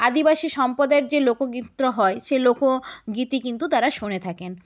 আদিবাসী সম্প্রদায়ের যে লোকগীতি হয় সেই লোক গীতি কিন্তু তারা শুনে থাকেন